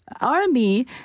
army